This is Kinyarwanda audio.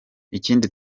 ikindi